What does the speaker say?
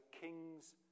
king's